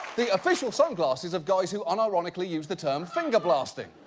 the official sunglasses of guys who un-ironically use the term finger blasting.